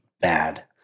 bad